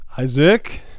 Isaac